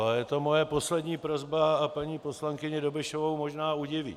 Ale je to moje poslední prosba a paní poslankyni Dobešovou možná udiví.